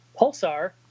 Pulsar